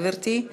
גברתי,